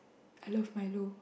I love Milo